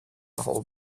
hold